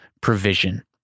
provision